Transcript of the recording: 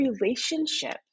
relationship